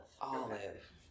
Olive